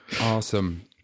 Awesome